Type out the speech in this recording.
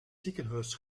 ziekenhuis